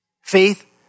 Faith